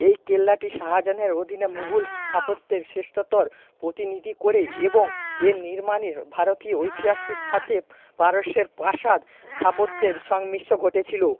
এই কেল্লাটি শাহজাহানের অধীনে মুঘল স্থাপত্যের শ্রেষ্ঠত্বর প্রতিনিধিত্ব করে এবং এর নির্মাণের ভারতীয় ইতিহাসের সাথে পারস্যের প্রাসাদ স্থাপত্যের সংমিশ্রণ ঘটেছিল